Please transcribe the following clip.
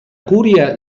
curia